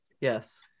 Yes